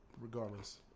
Regardless